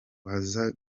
baza